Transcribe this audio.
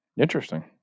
interesting